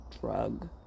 drug